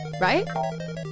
right